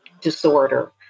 disorder